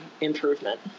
improvement